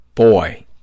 Boy